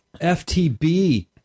ftb